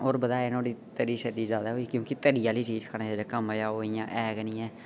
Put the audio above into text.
होर बनाया नुहाड़ी तरी शरी जैदा होई क्योंकि तरी आह्ली चीज खाने दा जेह्का मजा ओह् इ'यां ऐ गै नीं ऐ